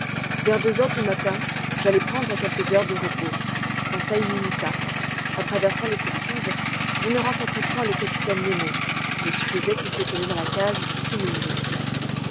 vers deux heures du matin j'allai prendre quelques heures de repos conseil m'imita en traversant les coursives je ne rencontrai point le capitaine nemo je supposai qu'il se tenait dans la cage du timonier